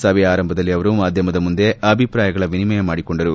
ಸಭೆಯ ಆರಂಭದಲ್ಲಿ ಅವರು ಮಾಧ್ವಮದ ಮುಂದೆ ಅಭಿಪ್ರಾಯಗಳ ವಿನಿಮಯ ಮಾಡಿಕೊಂಡರು